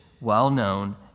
well-known